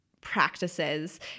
practices